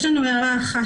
יש לנו הערה אחת.